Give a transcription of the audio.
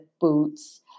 boots